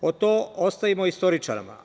To ostavimo istoričarima.